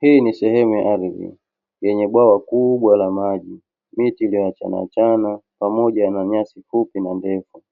Hii ni sehemu ya ardhi, yenye bwawa kubwa la maji, miti imeachana-achana pamoja na nyasi fupi na ndefu.